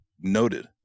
noted